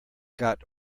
got